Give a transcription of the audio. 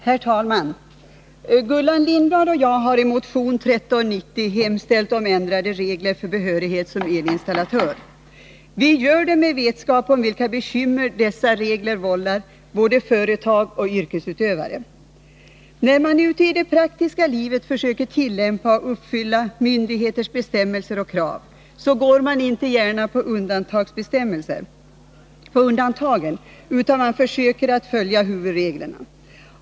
Herr talman! Gullan Lindblad och jag har i motion 1390 hemställt om ändrade regler för behörighet som elinstallatör. Vi gör det med vetskap om vilka bekymmer dessa regler vållar både företag och yrkesutövare. När man ute i det praktiska livet försöker tillämpa och uppfylla myndigheters bestämmelser och krav, går man inte gärna på undantagen, utan man försöker att följa huvudreglerna.